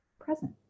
present